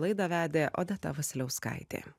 laidą vedė odeta vasiliauskaitė